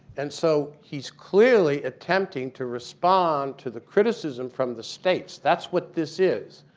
and so he's clearly attempting to respond to the criticism from the states. that's what this is.